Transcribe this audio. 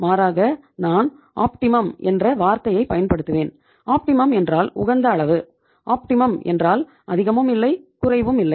மாறாக நான் ஆப்டிமம் என்றால் அதிகமும் இல்லை குறைவும் இல்லை